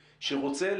שרוצה,